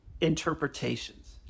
interpretations